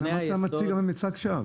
למה אתה מציג מצג-שווא?